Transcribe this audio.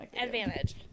Advantage